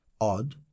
Odd